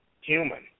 human